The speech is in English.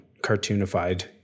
cartoonified